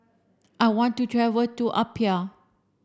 I want to travel to Apia